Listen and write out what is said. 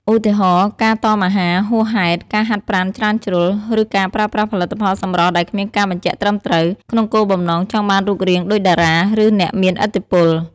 ឧទាហរណ៍ ការតមអាហារហួសហេតុ ការហាត់ប្រាណច្រើនជ្រុល ឬការប្រើប្រាស់ផលិតផលសម្រស់ដែលគ្មានការបញ្ជាក់ត្រឹមត្រូវ ក្នុងគោលបំណងចង់បានរូបរាងដូចតារា ឬអ្នកមានឥទ្ធិពល។